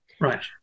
Right